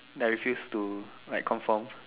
that I refuse to like conform